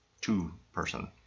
two-person